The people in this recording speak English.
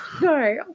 No